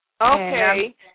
Okay